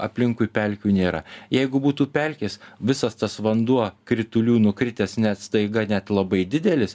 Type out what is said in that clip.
aplinkui pelkių nėra jeigu būtų pelkės visas tas vanduo kritulių nukritęs net staiga net labai didelis